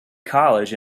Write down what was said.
college